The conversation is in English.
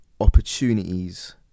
opportunities